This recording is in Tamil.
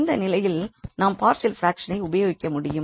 இந்த நிலையில் நாம் பார்ஷியல் ப்ராக்ஷ்னை உபயோகிக்க முடியும்